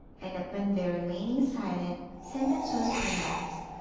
and upon their remaining silent, sentence was pronounced.